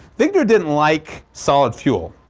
wigner didn't like solid fuel.